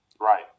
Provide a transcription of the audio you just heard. Right